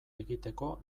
egiteko